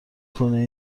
کنه